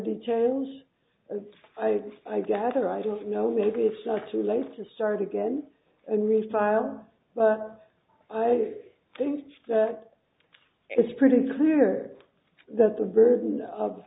details i gather i don't know maybe it's not too late to start again and refile but i think it's pretty clear that the burden of